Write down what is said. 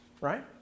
right